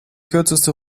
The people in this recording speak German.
kürzeste